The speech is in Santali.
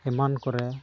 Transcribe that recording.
ᱮᱢᱟᱱ ᱠᱚᱨᱮ